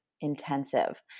intensive